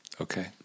Okay